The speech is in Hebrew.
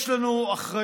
אדוני שר האוצר,